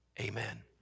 Amen